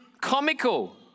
comical